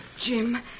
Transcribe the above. Jim